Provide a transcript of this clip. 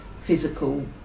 physical